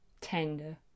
tender